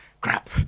crap